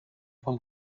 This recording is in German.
vom